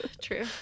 true